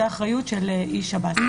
זאת האחריות של איש שב"ס.